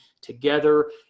together